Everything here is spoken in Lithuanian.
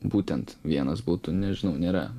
būtent vienas būtų nežinau nėra